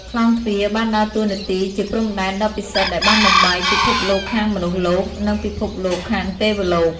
ក្លោងទ្វារបានដើរតួនាទីជាព្រំដែនដ៏ពិសិដ្ឋដែលបានបំបែកពិភពលោកខាងមនុស្សលោក និងពិភពលោកខាងទេវលោក។